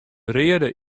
reade